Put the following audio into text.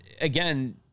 again